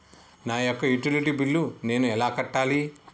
నా యొక్క utility bill నేను ఎలా కట్టాలి?